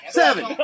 seven